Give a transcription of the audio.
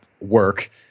work